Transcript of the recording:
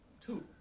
two